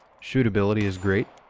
shootability is great,